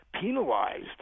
penalized